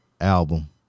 album